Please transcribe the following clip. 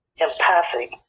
empathic